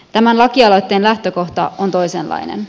tämän lakialoitteen lähtökohta on toisenlainen